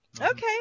Okay